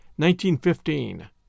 1915